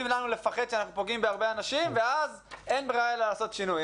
לנו לפחד שאנחנו פוגעים בהרבה אנשים ואז אין ברירה אלא לעשות שינוי.